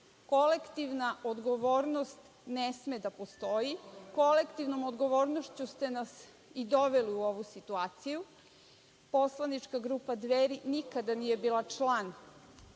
Kolektivna odgovornost ne sme da postoji. Kolektivnom odgovornošću ste nas i doveli u ovu situaciju. Poslanička grupa Dveri nikada nije bila član